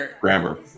grammar